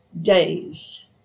days